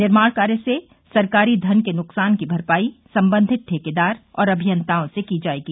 निर्माण कार्य से सरकारी धन के नुकसान की भरपाई संबंधित ठेकेदार और अभियताओं से की जायेगी